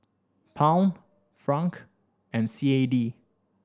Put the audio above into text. Pound Franc and C A D